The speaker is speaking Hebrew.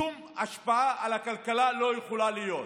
ששום השפעה על הכלכלה לא יכולה להיות.